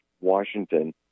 washington